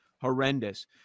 horrendous